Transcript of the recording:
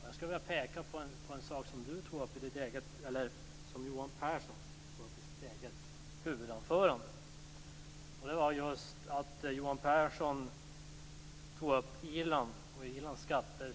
Jag skulle vilja peka på en sak som Johan Pehrson tog upp i sitt eget huvudanförande. Han pekade på Irland som någon sorts mönsterland i fråga om skatter.